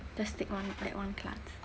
just take one like one class